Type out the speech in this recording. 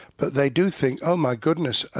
but they do think oh my goodness,